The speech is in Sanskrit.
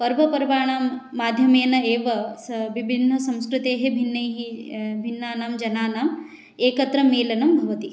पर्वपर्वणां माध्यमेन एव स विभिन्नसंस्कृतेः भिन्नैः भिन्नानां जनानाम् एकत्र मेलनं भवति